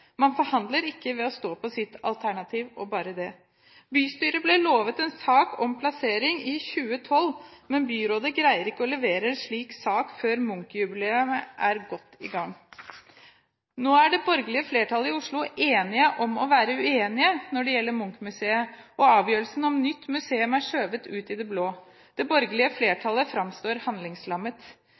Man forhandler ikke ved å stå på sitt alternativ – og bare det. Bystyret ble lovet en sak om plassering i 2012, men byrådet greier ikke å levere en slik sak før Munch-jubileet er godt i gang. Nå er det borgerlige flertallet i Oslo enige om å være uenige når det gjelder Munch-museet, og avgjørelsen om nytt museum er skjøvet ut i det blå. Det borgerlige flertallet framstår som handlingslammet.